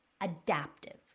adaptive